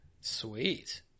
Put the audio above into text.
Sweet